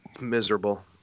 Miserable